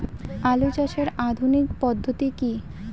আলু চাষের আধুনিক পদ্ধতি কি?